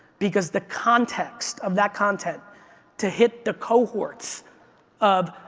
because the context of that content to hit the cohorts of,